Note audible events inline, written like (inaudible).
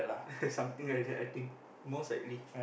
(laughs) something like that I think most likely